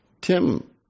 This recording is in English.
Tim